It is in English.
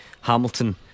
Hamilton